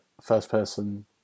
first-person